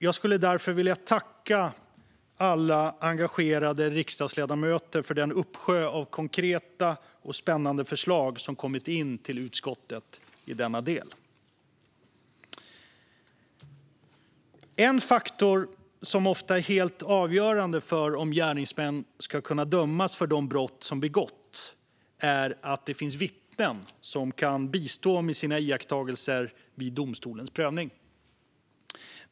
Jag skulle därför vilja tacka alla engagerade riksdagsledamöter för den uppsjö av konkreta och spännande förslag som kommit in till utskottet i denna del. En faktor som ofta är helt avgörande för om gärningsmän ska kunna dömas för de brott de begått är att det finns vittnen som kan bistå med sina iakttagelser vid domstolens prövning.